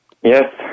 Yes